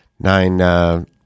Nine